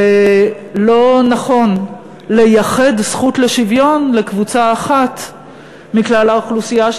ולא נכון לייחד זכות לשוויון לקבוצה אחת מכלל האוכלוסייה,